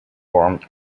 formed